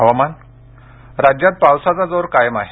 हवामान राज्यात पावसाचा जोर कायम आहे